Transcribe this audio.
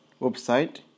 website